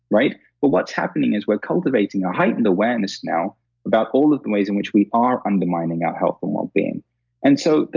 right? but what's happening is we're cultivating a heightened awareness now about all of the ways in which we are undermining our health and wellbeing and so,